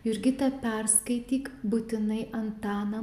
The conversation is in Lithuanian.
jurgita perskaityk būtinai antaną